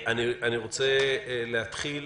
אני רוצה להתחיל